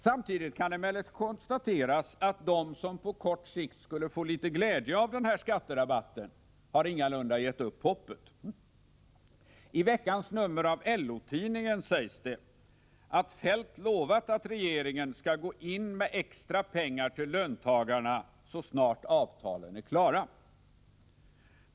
Samtidigt kan emellertid konstateras att de som på kort sikt skulle få litet glädje av skatterabatten ingalunda har gett upp hoppet. I veckans nummer av LO-Tidningen sägs det att Feldt lovat att regeringen skall gå in med extra pengar till löntagarna så snart avtalen är klara.